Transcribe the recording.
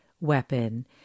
weapon